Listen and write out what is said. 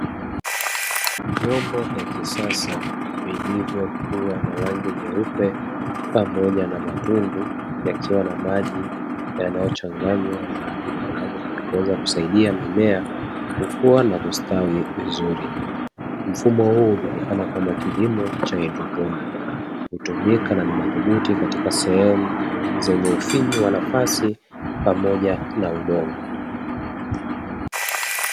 Vyombo vya kisasa vilivyokuwa na rangi nyeupe pamoja na matundu yakiwa na maji yanayochanganywa na madini maalumu ya kuweza kusaidia mimea kukuwa na kustawi vizuri, mfumo huu ujulikana kama kilimo cha haidroponi, hutumika na ni madhubuti katika sehemu zenye ufinyu wa nafasi pamoja na udongo.